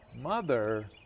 mother